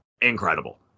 incredible